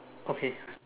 okay